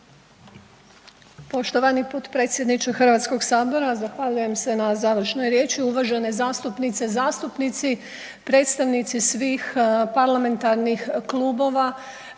Poštovani potpredsjedniče HS-a, zahvaljujem se na završnoj riječi. Uvažene zastupnice, zastupnici, predstavnici svih parlamentarnih klubova,